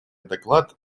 доклад